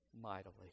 mightily